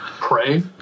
pray